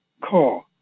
call